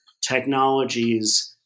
technologies